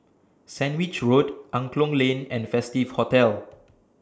Sandwich Road Angklong Lane and Festive Hotel